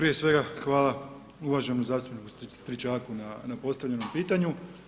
Prije svega hvala uvaženom zastupniku Stričaku na postavljenom pitanju.